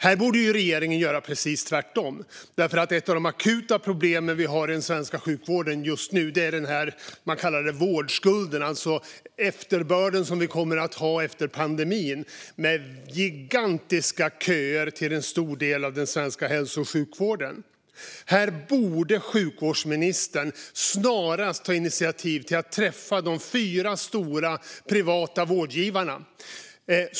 Här borde regeringen göra precis tvärtom, för ett av de akuta problemen vi har i den svenska sjukvården just nu är den så kallade vårdskulden - den efterbörd vi kommer att ha efter pandemin, i form av gigantiska köer till en stor del av den svenska hälso och sjukvården. Sjukvårdsministern borde snarast ta initiativ till att träffa de fyra stora privata vårdgivarna.